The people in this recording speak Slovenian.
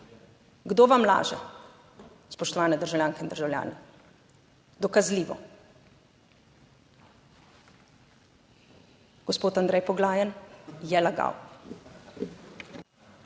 Kdo vam laže, spoštovani državljanke in državljani? Dokazljivo. Gospod Andrej Poglajen je lagal.